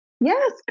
Yes